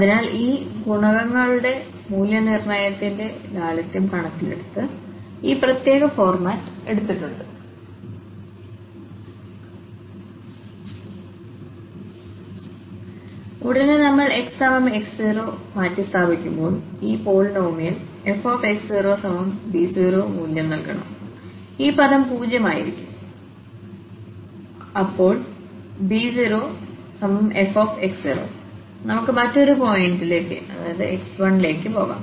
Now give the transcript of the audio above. അതിനാൽ ഈ ഗുണകങ്ങളുടെ മൂല്യനിർണ്ണയത്തിന്റെ ലാളിത്യം കണക്കിലെടുത്ത് ഈ പ്രത്യേക ഫോർമാറ്റ് എടുത്തിട്ടുണ്ട് ഉടനെ നമ്മൾ xx0 മാറ്റിസ്ഥാപിക്കുമ്പോൾ ഈ പോളിനോമിയൽ fx0b0മൂല്യം നൽകണം ഈ പദം 0 ആയിരിക്കും അപ്പോൾ b0f നമുക്ക് മറ്റൊരു പോയിന്റി x1ലേക്ക് പോകാം